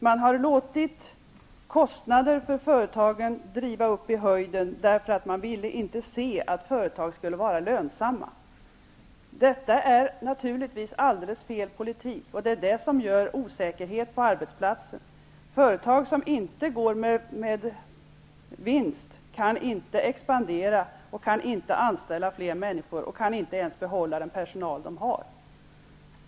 Man har låtit kostnaderna för företagen skjuta i höjden därför att man inte velat att företag skulle vara lönsamma. Detta är naturligtvis alldels fel politik, och det är bakgrunden till osäkerhet på arbetsplatsen. Företag som inte går med vinst kan inte expandera, kan inte anställa fler människor och kan inte ens behålla den personal de har.